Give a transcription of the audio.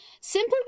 simply